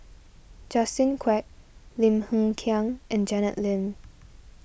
Justin Quek Lim Hng Kiang and Janet Lim